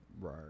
Right